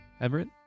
Everett